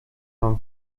mam